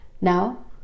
Now